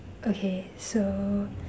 okay so